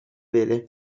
vele